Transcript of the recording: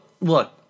look